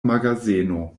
magazeno